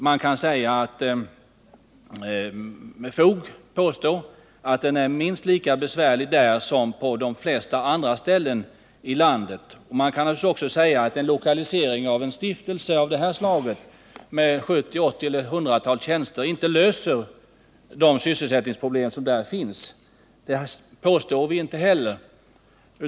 Man kan med fog påstå att den är minst lika besvärlig där som på flera andra ställen i landet. Man kan naturligtvis säga att en lokalisering av en stiftelse av det här slaget med ett hundratal tjänster inte löser de sysselsättningsproblem som där finns. Det påstår jag inte heller.